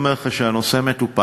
לכן, אני אומר לך שהנושא מטופל.